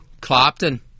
Clapton